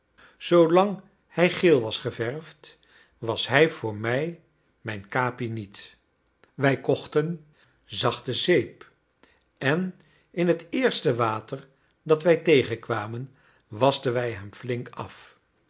zoolang hij geel was geverfd was hij voor mij mijn capi niet wij kochten zachte zeep en in het eerste water dat wij tegenkwamen waschten wij hem flink af